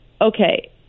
okay